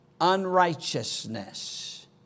unrighteousness